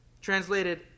translated